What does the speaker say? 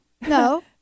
no